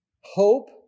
Hope